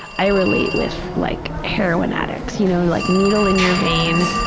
i relate with like heroin addicts, you know, like needle in your vein,